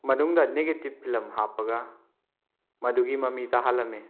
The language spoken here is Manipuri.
ꯃꯅꯨꯡꯗ ꯅꯦꯒꯦꯇꯤꯕ ꯐꯤꯂꯝ ꯍꯥꯞꯄꯒ ꯃꯗꯨꯒꯤ ꯃꯃꯤ ꯇꯥꯍꯜꯂꯝꯃꯤ